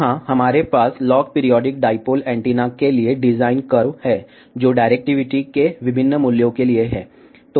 यहाँ हमारे पास लॉग पीरियोडिक डाईपोल एंटीना के लिए डिजाइन कर्व है जो डायरेक्टिविटी के विभिन्न मूल्यों के लिए है